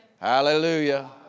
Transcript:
Hallelujah